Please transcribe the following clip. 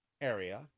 area